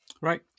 Right